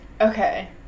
Okay